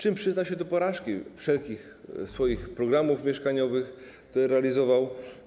Tym przyznał się do porażki wszelkich swoich programów mieszkaniowych, które realizował.